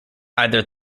either